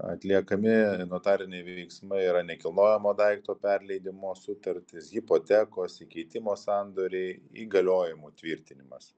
atliekami notariniai veiksmai yra nekilnojamo daikto perleidimo sutartys hipotekos įkeitimo sandoriai įgaliojimų tvirtinimas